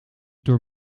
door